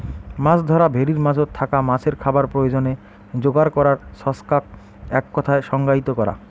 মাছ ধরা ভেরির মাঝোত থাকা মাছের খাবার প্রয়োজনে যোগার করার ছচকাক এককথায় সংজ্ঞায়িত করা